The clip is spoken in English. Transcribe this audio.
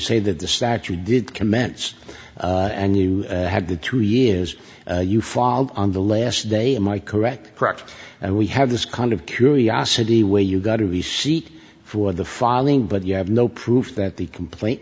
say that the statue did commence and you had the two years you filed on the last day am i correct correct and we have this kind of curiosity where you got a receipt for the filing but you have no proof that the complaint